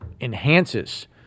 enhances